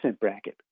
bracket